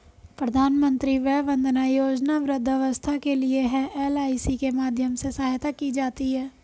प्रधानमंत्री वय वंदना योजना वृद्धावस्था के लिए है, एल.आई.सी के माध्यम से सहायता की जाती है